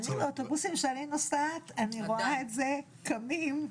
באוטובוסים שאני נוסעת אני רואה את זה, קמים.